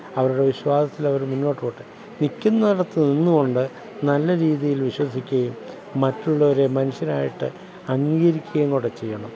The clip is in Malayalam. അവരുടെ വിശ്വാസത്തിലവര് മുൻപോട്ടു പോകട്ടെ നിൽക്കുന്നിടത്ത് നിന്നു കൊണ്ട് നല്ല രീതിയില് വിശ്വസിക്കുകയും മറ്റുള്ളവരെ മനുഷ്യനായിട്ട് അംഗീകരിക്കുകയും കൂടി ചെയ്യണം